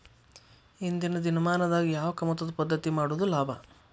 ಇಂದಿನ ದಿನಮಾನದಾಗ ಯಾವ ಕಮತದ ಪದ್ಧತಿ ಮಾಡುದ ಲಾಭ?